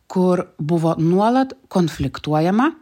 kur buvo nuolat konfliktuojama